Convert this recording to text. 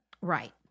Right